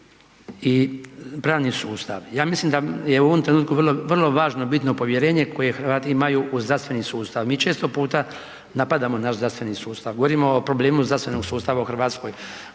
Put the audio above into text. pravni sustav. Ja mislim da je u ovom trenutku vrlo važno bitno povjerenje koje Hrvati imaju u zdravstveni sustav. Mi često puta napadamo naš zdravstveni sustav, govorimo o problemu zdravstvenog sustava u Hrvatskoj,